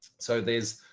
so there's